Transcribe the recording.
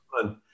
fun